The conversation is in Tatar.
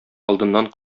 алдыннан